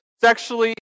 sexually